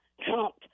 Trump